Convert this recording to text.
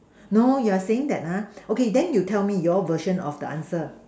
no you're saying that !huh! okay then you tell me your version of the answer